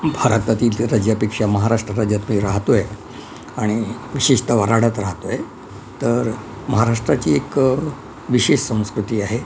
भारतातील इतर राज्यापेक्षा महाराष्ट्र राज्यात मी राहतो आहे आणि विशेषतः वऱ्हाडात राहतो आहे तर महाराष्ट्राची एक विशेष संस्कृती आहे